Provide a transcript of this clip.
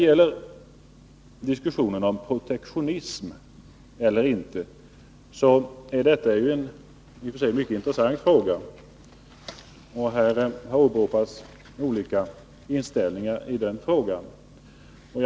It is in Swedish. Frågan om protektionism eller inte är i och för sig mycket intressant. Här har åberopats olika inställningar i den frågan.